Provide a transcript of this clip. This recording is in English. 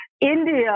India